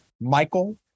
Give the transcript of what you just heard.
Michael